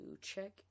check